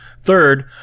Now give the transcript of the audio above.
Third